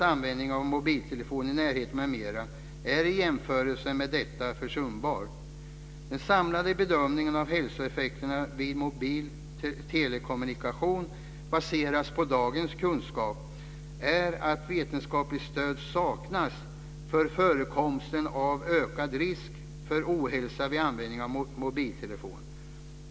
är i jämförelse med detta försumbar. Den samlade bedömningen av hälsoeffekter vid mobil telekommunikation, baserad på dagens kunskap, är att vetenskapligt stöd saknas för förekomst av ökad risk för ohälsa vid användning av mobiltelefon.